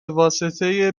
واسطه